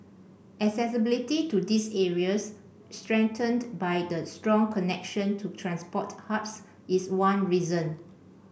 accessibility to these areas strengthened by the strong connection to transport hubs is one reason